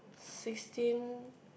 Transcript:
sixteen